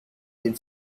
den